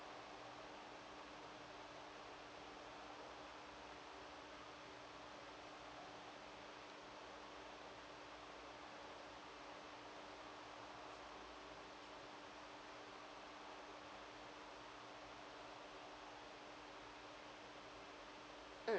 mm